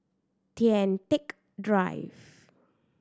Kian Teck Drive